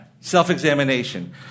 self-examination